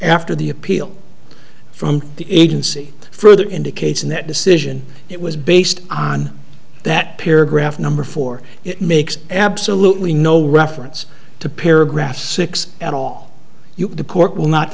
after the appeal from the agency further indicates in that decision it was based on that paragraph number four it makes absolutely no reference to paragraph six at all the court will not